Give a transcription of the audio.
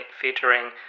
featuring